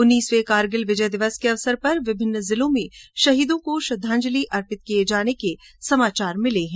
उन्नीसवें कारगिल विजय दिवस के अवसर पर विभिन्न जिलों में शहीदों को श्रद्धांजलि अर्पित किए जाने के समाचार मिले हैं